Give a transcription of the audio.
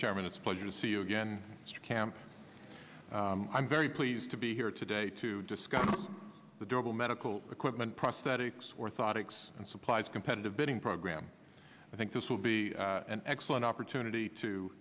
chairman it's a pleasure to see you again mr camp i'm very pleased to be here today to discuss the durable medical equipment prosthetics worth audix and supplies competitive bidding program i think this will be an excellent opportunity to